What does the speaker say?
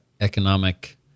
economic